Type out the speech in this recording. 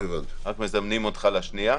רק מזמנים אותך לשנייה.